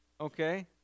Okay